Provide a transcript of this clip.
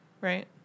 right